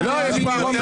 מילואים באוהל.